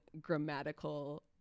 grammatical